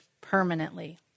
permanently